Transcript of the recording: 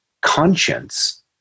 conscience